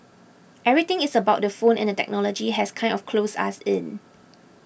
everything is about the phone and the technology has kind of closed us in